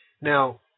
Now